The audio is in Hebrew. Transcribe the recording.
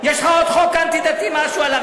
יש לך עוד חוק אנטי-דתי על הרבנות,